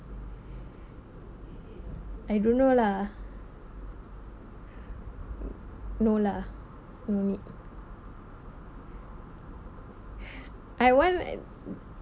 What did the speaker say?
I don't know lah no lah no need I want